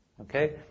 Okay